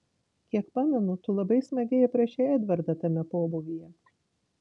kiek pamenu tu labai smagiai aprašei edvardą tame pobūvyje